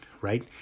right